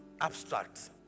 abstract